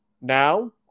now